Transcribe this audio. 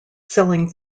selling